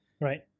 Right